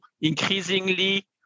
increasingly